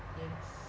yes